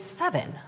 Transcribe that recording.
seven